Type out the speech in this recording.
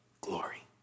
glory